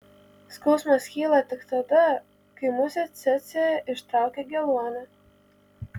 skausmas kyla tik tada kai musė cėcė ištraukia geluonį